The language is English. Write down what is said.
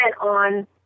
on